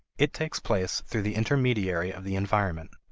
it takes place through the intermediary of the environment.